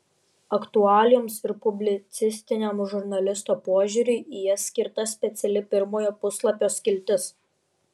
aktualijoms ir publicistiniam žurnalisto požiūriui į jas skirta speciali pirmojo puslapio skiltis